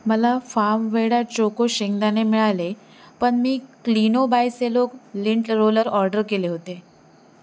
मला फामवेडा चोको शेंगदाणे मिळाले पण मी Klino by Cello lint roller order केले होते